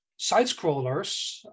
Side-scrollers